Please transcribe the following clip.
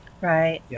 right